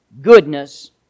goodness